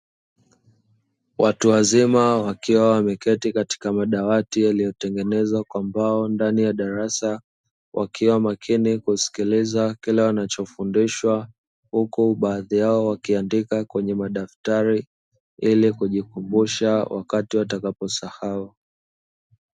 Watu wazima wakiwa wameketi katika madawati yaliyotengenezwa kwa mbao ndani ya darasa, wakiwa makini kusikiliza kile wanachofundishwa huku baadhi yao wakiandika kwenye madaftari ili kujikumbusha wakati watakaposahau.